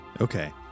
Okay